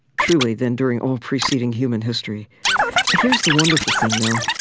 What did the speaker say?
truly, than during all preceding human history here's the wonderful thing, though.